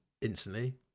instantly